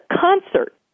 concert